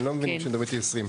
אני לא מבין כשמדברים איתי עשרים.